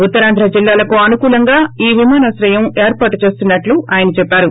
ఉత్తరాంధ్ర జిల్లాలకు అనుకూలంగా ఈ విమానాశ్రయం ఏర్పాటు చేస్తున్నట్లు ఆయన చెప్పారు